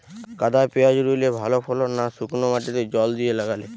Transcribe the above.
কাদায় পেঁয়াজ রুইলে ভালো ফলন না শুক্নো মাটিতে জল দিয়ে লাগালে?